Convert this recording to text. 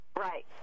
Right